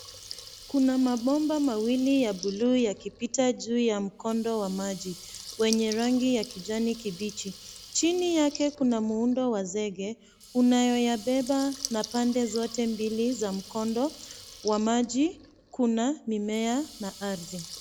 Kuna mabomba mawili ya buluu yakipita juu ya mkondo wa maji, wenye rangi ya kijani kibichi. Chini yake kuna muundo wa zege, unayoyabeba na pande zote mbili za mkondo wa maji kuna mimea na ardhi.